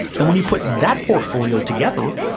and when you put that portfolio together,